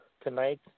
tonight